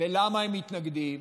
למה הם מתנגדים?